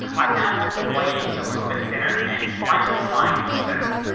i found out the white is a little bit thinner and winds up flying much better.